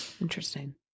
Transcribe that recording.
Interesting